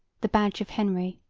the badge of henry.